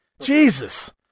Jesus